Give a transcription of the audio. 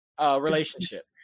relationship